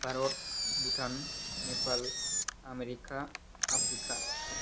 Bharat Bhutan Nepal America Africa